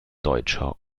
deutscher